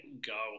go